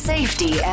Safety